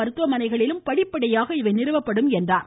மருத்துவமனைகளிலும் படிப்படியாக இவை நிறுவப்படும் என்றார்